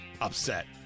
upset